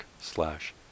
slash